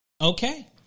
Okay